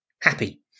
Happy